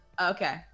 Okay